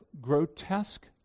grotesque